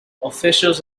officials